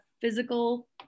physical